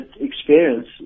experience